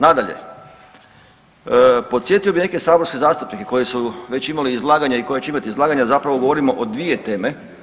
Nadalje, podsjetio bih neke saborske zastupnike koji su već imali izlaganja i koji će imati izlaganja zapravo govorimo o dvije teme.